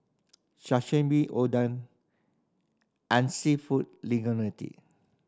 Sashimi Oden and Seafood